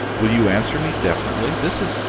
will you answer me definitely? this is,